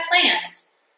plans